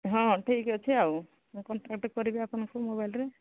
ହଁ ଠିକ୍ ଅଛି ଆଉ ମୁଁ କଣ୍ଟାକ୍ଟ କରିବି ଆପଣଙ୍କୁ ମୋବାଇଲ୍ରେ